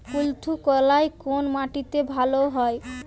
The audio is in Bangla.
কুলত্থ কলাই কোন মাটিতে ভালো হয়?